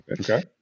Okay